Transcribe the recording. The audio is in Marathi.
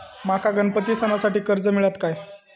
माका गणपती सणासाठी कर्ज मिळत काय?